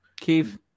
Keith